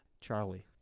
Charlie